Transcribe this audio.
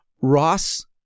Ross